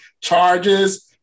charges